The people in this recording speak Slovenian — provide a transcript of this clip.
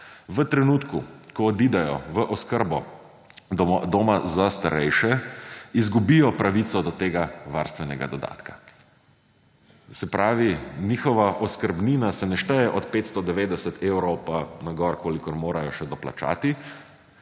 v trenutku, ko odidejo v oskrbo doma za starejše, izgubijo pravico do tega varstvenega dodatka. Se pravi, njihova oskrbnina se ne šteje od 590 evrov pa na gor, kolikor morajo še doplačati.